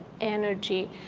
energy